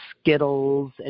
Skittles